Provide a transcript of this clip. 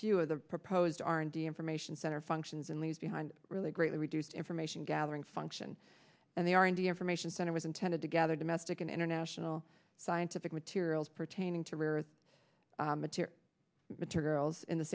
few of the proposed r and d information center functions and leaves behind really greatly reduced information gathering function and they are in the information center was intended to gather domestic and international scientific materials pertaining to rare earth mature materials in the